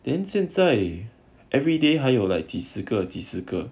then 现在 everyday 还有 like 几十个几十个